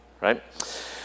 right